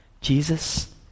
Jesus